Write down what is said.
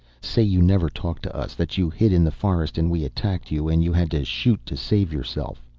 say you never talked to us, that you hid in the forest and we attacked you and you had to shoot to save yourself.